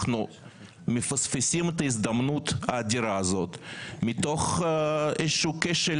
אנחנו מפספסים את ההזדמנות האדירה הזאת מתוך כשל